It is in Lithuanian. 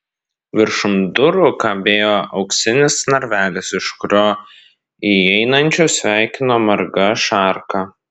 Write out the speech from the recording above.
viršum durų kabėjo auksinis narvelis iš kurio įeinančius sveikino marga šarka